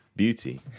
Beauty